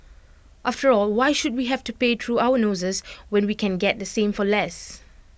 after all why should we have to pay through our noses when we can get the same for less